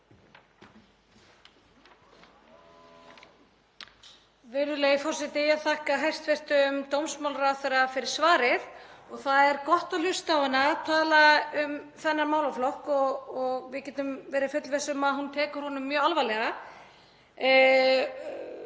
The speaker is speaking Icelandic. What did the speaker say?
Virðulegi forseti. Ég þakka hæstv. dómsmálaráðherra fyrir svarið. Það er gott að hlusta á hana tala um þennan málaflokk og við getum verið fullviss um að hún tekur honum mjög alvarlega.